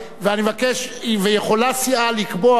ויכולה סיעה לקבוע,